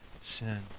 sin